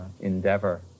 endeavor